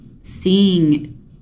seeing